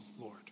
Lord